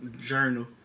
Journal